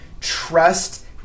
trust